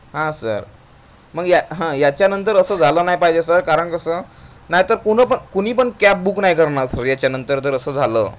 हा सर मग या हं याच्यानंतर असं झालं नाही पाहिजे सर कारण कसं नाहीतर कुणी पण कुणी पण कॅब बुक नाही करणार सर याच्यानंतर जर असं झालं